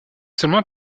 seulement